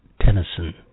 Tennyson